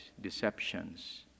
deceptions